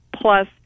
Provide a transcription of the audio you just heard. plus